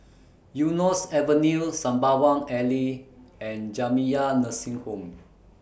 Eunos Avenue Sembawang Alley and Jamiyah Nursing Home